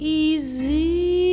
easy